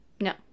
No